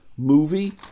Movie